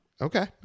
Okay